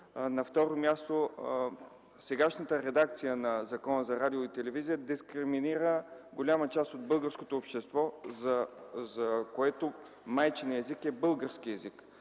на второ място, сегашната редакция на Закона за радиото и телевизията дискриминира голяма част от българското общество, за което майчин език е българският език.